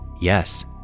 yes